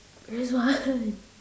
Rizwan